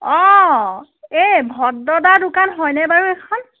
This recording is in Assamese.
অ এই ভদ্ৰদাৰ দোকান হয়নে বাৰু এইখন